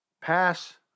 pass